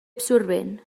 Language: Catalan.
absorbent